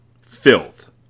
Filth